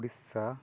Odisha